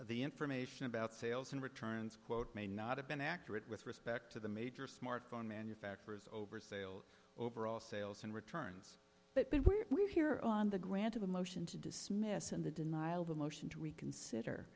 the information about sales and returns quote may not have been accurate with respect to the major smartphone manufacturers over sales overall sales and returns but where we are here on the grant of a motion to dismiss and the denial the motion to reconsider